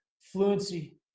Fluency